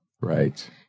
Right